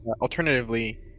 alternatively